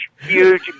huge